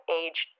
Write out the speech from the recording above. age